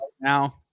now